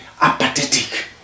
apathetic